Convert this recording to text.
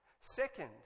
Second